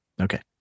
Okay